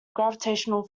gravitational